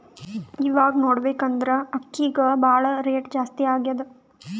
ಇವಾಗ್ ನೋಡ್ಬೇಕ್ ಅಂದ್ರ ಅಕ್ಕಿಗ್ ಭಾಳ್ ರೇಟ್ ಜಾಸ್ತಿ ಆಗ್ಯಾದ